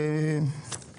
לעסקים